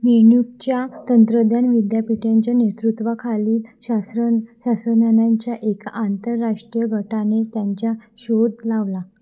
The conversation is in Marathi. मेन्यूकच्या तंत्रज्ञान विद्यापीठांच्या नेतृत्वाखाली शास्र शास्त्रज्ञांच्या एका आंतरराष्ट्रीय गटाने त्यांच्या शोध लावला